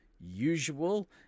usual